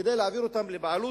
כדי להעביר לבעלות